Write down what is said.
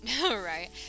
Right